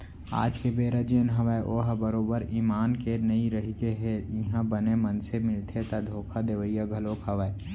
आज के बेरा जेन हवय ओहा बरोबर ईमान के नइ रहिगे हे इहाँ बने मनसे मिलथे ता धोखा देवइया घलोक हवय